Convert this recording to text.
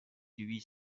huit